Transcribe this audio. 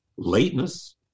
Lateness